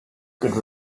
good